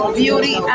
beauty